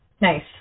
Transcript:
Nice